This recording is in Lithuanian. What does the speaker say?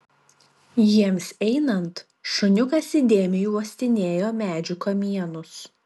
jiems einant šuniukas įdėmiai uostinėjo medžių kamienus